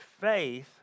faith